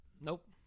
nope